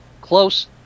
close